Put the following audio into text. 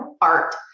art